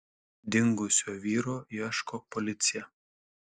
dingusio vyro ieško policija